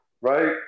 right